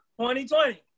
2020